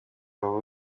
waba